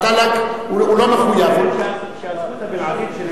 ה"טַלאק" הוא לא מחויב, יש לאשה הזכות הבלעדית,